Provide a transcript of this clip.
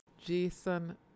Jason